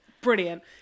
Brilliant